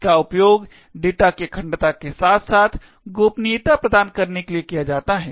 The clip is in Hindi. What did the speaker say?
इसका उपयोग डेटा की अखंडता के साथ साथ गोपनीयता प्रदान करने के लिए किया जाता है